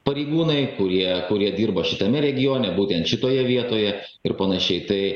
pareigūnai kurie kurie dirba šitame regione būtent šitoje vietoje ir panašiai tai